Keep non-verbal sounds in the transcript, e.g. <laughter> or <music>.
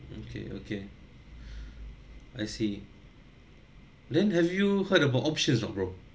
okay okay <breath> I see then have you heard about options ah bro